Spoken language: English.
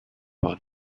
for